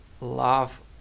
love